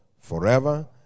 forever